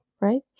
Right